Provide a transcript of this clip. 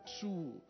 two